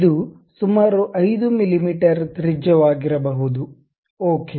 ಇದು ಸುಮಾರು 5 ಮಿಲಿಮೀಟರ್ ತ್ರಿಜ್ಯವಾಗಿರಬಹುದು ಓಕೆ